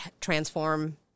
transform